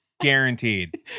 Guaranteed